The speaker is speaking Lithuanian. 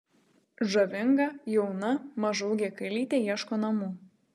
žavinga jauna mažaūgė kalytė ieško namų